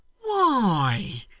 Why